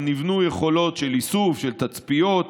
נבנו יכולות של איסוף, של תצפיות.